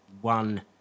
one